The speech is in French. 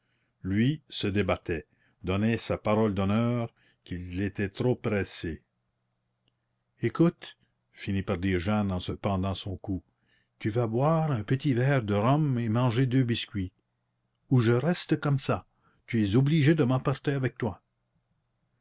lui se débattait donnait sa parole d'honneur qu'il était trop pressé écoute finit par dire jeanne en se pendant à son cou tu vas boire un petit verre de rhum et manger deux biscuits ou je reste comme ça tu es obligé de m'emporter avec toi